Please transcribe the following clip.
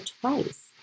twice